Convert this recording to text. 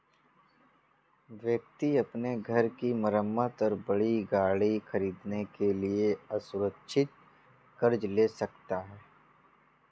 व्यक्ति अपने घर की मरम्मत और बड़ी गाड़ी खरीदने के लिए असुरक्षित कर्ज ले सकता है